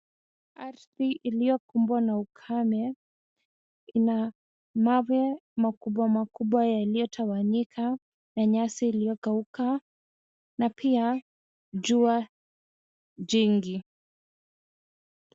Ardhi iliyokuwa na ukame, ina mawe makubwa makubwa yaliyotawanyika na nyasi iliyokauka na pia jua jingi.